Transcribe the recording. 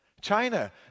China